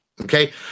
Okay